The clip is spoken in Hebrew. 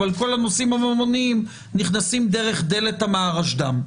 אבל כל הנושאים הממוניים נכנסים דרך דלת המהרשד"ם.